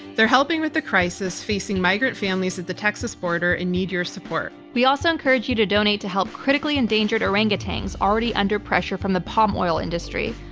they're helping with the crisis facing migrant families at the texas border and need your support. we also encourage you to donate to help critically endangered orangutans already under pressure from the palm oil industry.